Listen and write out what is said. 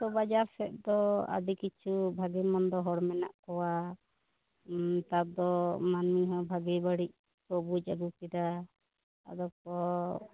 ᱟᱫᱚ ᱵᱟᱡᱟᱨ ᱥᱮᱫ ᱫᱚ ᱟᱹᱰᱤ ᱠᱤᱪᱷᱩ ᱵᱷᱟᱜᱮ ᱢᱚᱱᱫᱚ ᱦᱚᱲ ᱢᱮᱱᱟᱜ ᱠᱚᱣᱟ ᱩᱸ ᱱᱮᱛᱟᱨ ᱫᱚ ᱢᱟᱹᱱᱢᱤ ᱦᱚᱸ ᱵᱷᱟᱹᱜᱮ ᱵᱟ ᱲᱤᱡ ᱠᱚ ᱵᱩᱡ ᱟ ᱜᱩᱠᱮᱫᱟ ᱟᱫᱚᱠᱚ